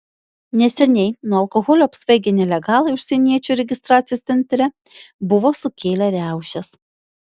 neseniai nuo alkoholio apsvaigę nelegalai užsieniečių registracijos centre buvo sukėlę riaušes